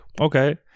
Okay